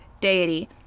deity